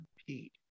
compete